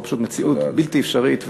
פשוט מציאות בלתי אפשרית,